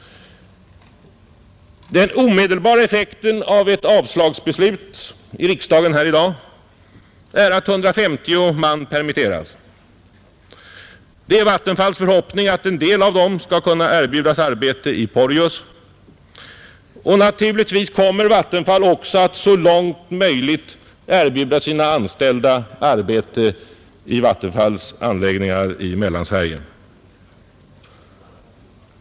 Den omedelbara effekten av ett avslagsbeslut i riksdagen i dag är att 150 man permitteras. Det är Vattenfalls förhoppning att en del av dem skall kunna erbjudas arbete i Porjus, och naturligtvis kommer Vattenfall också att så långt möjligt bereda sina anställda arbete vid verkets anläggningar i Mellansverige.